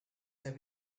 der